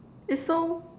its so